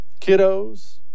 kiddos